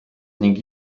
ning